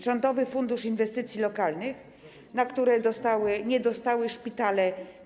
Rządowy Fundusz Inwestycji Lokalnych, z którego nie dostały szpitale.